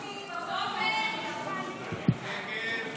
49 בעד, 58 נגד.